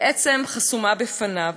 בעצם חסומה בפניו.